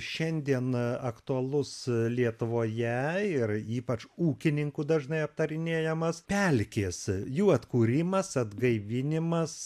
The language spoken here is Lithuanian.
šiandien aktualus lietuvoje ir ypač ūkininkų dažnai aptarinėjamas pelkės jų atkūrimas atgaivinimas